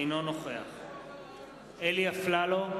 אינו נוכח אלי אפללו,